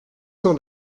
cent